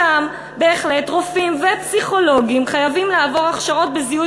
שם בהחלט רופאים ופסיכולוגים חייבים לעבור הכשרות בזיהוי